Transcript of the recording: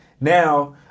Now